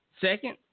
Second